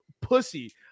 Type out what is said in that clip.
pussy